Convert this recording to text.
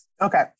Okay